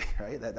right